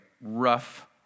rough